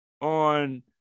on